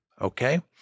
okay